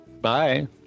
bye